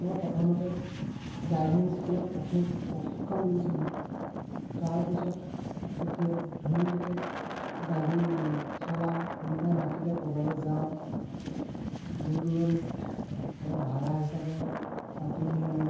মই প্ৰথমতে ড্ৰাইভিং স্কুলত প্ৰশিক্ষণ লৈছিলোঁ তাৰপিছত এতিয়া ধুনীয়াকৈ গাড়ী চলাওঁ কোনোবাই মাতিলে ক'ৰবালৈ যাওঁ দূৰ দূৰণিত কাৰোবাৰ ভাড়া হিচাপে মাতি নিয়ে মোক